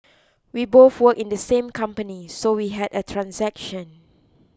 we both work in the same company so we had a transaction